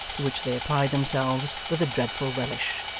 to which they applied themselves with a dreadful relish.